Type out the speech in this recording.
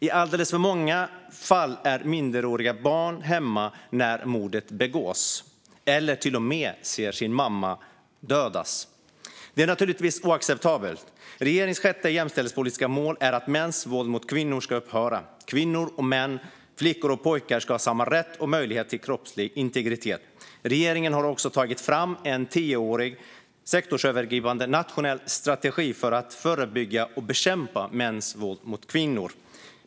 I många fall är det så att minderåriga barn är hemma när mordet begås eller till och med ser sin mamma dödas. Det är naturligtvis oacceptabelt. Regeringens sjätte jämställdhetspolitiska mål är att mäns våld mot kvinnor ska upphöra. Kvinnor och män, flickor och pojkar, ska ha samma rätt och möjlighet till kroppslig integritet. Regeringen har också tagit fram en tioårig sektorsövergripande nationell strategi för att förebygga och bekämpa mäns våld mot kvinnor.